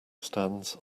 stands